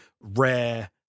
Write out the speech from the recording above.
rare